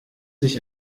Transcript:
sich